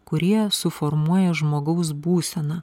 kurie suformuoja žmogaus būseną